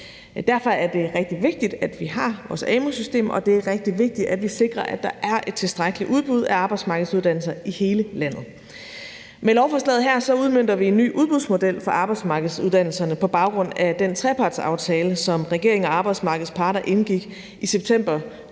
Derfor er det rigtig vigtigt, at vi har vores amu-system, og det er rigtig vigtigt, at vi sikrer, at der er et tilstrækkeligt udbud af arbejdsmarkedsuddannelser i hele landet. Med lovforslaget her udmønter vi en ny udbudsmodel for arbejdsmarkedsuddannelserne på baggrund af den trepartsaftale, som regeringen og arbejdsmarkedets parter indgik i september 2023